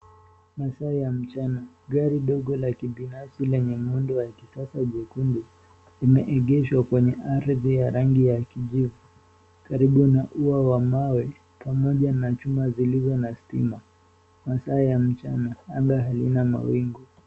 Masaa ya mchana, gari dogo la kibinafsi lenye muundo wa kisasa jekundu, limeegeshwa kwenye ardhi ya rangi ya kijivu karibu na ua wa mawe, pamoja na chuma zilizo na stima. Masaa ya mchana, anga halina mawingu.